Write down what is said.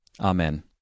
Amen